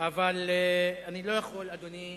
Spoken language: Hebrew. אבל אני לא יכול, אדוני,